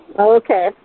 Okay